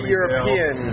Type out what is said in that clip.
European